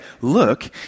look